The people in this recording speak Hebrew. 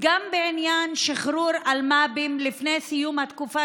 גם בעניין שחרור אלמ"בים לפני סיום התקופה